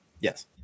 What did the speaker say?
Yes